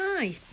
Hi